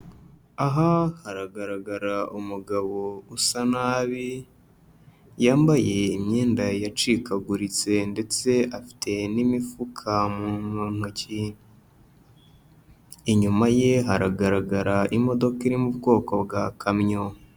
Aha haragaragara umugabo usa nabi, yambaye imyenda yacikaguritse ndetse afite n'imifuka mu ntoki, inyuma ye haragaragara imodoka iri mu bwoko bwa kamyo.